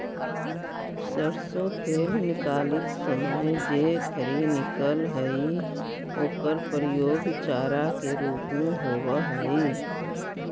सरसो तेल निकालित समय जे खरी निकलऽ हइ ओकर प्रयोग चारा के रूप में होवऽ हइ